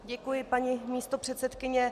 Děkuji, paní místopředsedkyně.